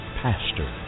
pastor